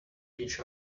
each